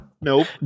nope